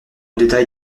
détail